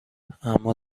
اما